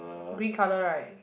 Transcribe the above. green colour right